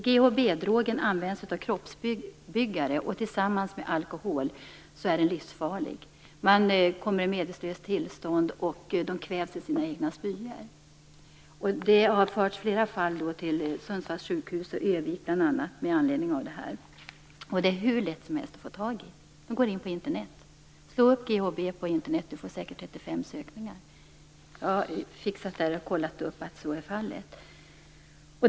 GHB-drogen används av kroppsbyggare, och tillsammans med alkohol är den livsfarlig. Man kommer i medvetslöst tillstånd och kvävs i sina egna spyor. Flera fall har förts till bl.a. Sundsvalls sjukhus och Det är hur lätt som helst att få tag på GHB. Man går in på Internet. Om man söker efter GHB på Internet får man säkert 35 träffar. Jag har kontrollerat att så är fallet.